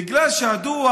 בגלל שהדוח